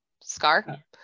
scar